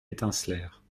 étincelèrent